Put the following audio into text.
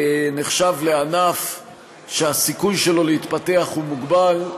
לענף שהסיכוי שלו להתפתח הוא מוגבל.